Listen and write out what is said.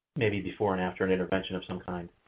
maybe before and after an intervention of some kind.